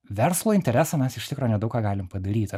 verslo interesam mes iš tikro nedaug ką galim padaryti